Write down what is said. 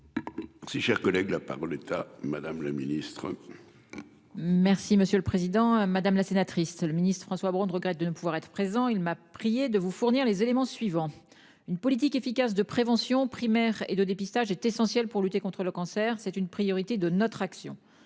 Si cher collègue, la parole est à madame la ministre. Merci monsieur le président, madame la sénatrice. Le ministre François Braun regrette de ne pouvoir être présent il m'a prié de vous fournir les éléments suivants, une politique efficace de prévention primaire et de dépistage est essentielle pour lutter contre le cancer, c'est une priorité de notre action